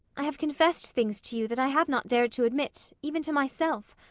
i have confessed things to you that i have not dared to admit even to myself.